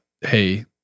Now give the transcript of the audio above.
hey